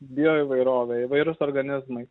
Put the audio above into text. bioįvairovė įvairūs organizmai